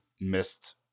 missed